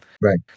Right